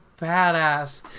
badass